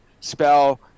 spell